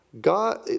God